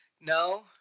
No